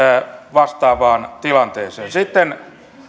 vastaavaan tilanteeseen